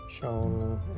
shown